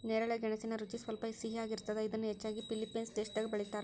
ನೇರಳೆ ಗೆಣಸಿನ ರುಚಿ ಸ್ವಲ್ಪ ಸಿಹಿಯಾಗಿರ್ತದ, ಇದನ್ನ ಹೆಚ್ಚಾಗಿ ಫಿಲಿಪೇನ್ಸ್ ದೇಶದಾಗ ಬೆಳೇತಾರ